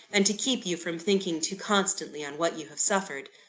and to keep you from thinking too constantly on what you have suffered.